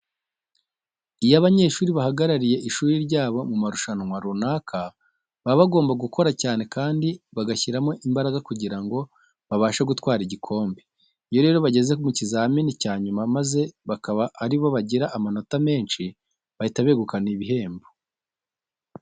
Iyo abanyeshuri bahagarariye ishuri ryabo mu marushanwa runaka baba bagomba gukora cyane kandi bagashyiramo imbaraga kugira ngo babashe gutwara igikombe. Iyo rero bageze ku kizamini cya nyuma maze bakaba ari bo bagira amanota menshi bahita begukana ibihembo.